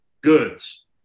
Goods